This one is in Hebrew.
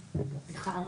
בבקשה.